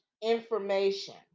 information